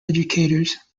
educators